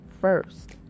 first